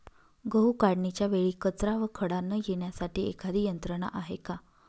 गहू काढणीच्या वेळी कचरा व खडा न येण्यासाठी एखादी यंत्रणा आहे का?